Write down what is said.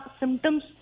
symptoms